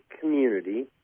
community